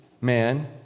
man